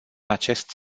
acest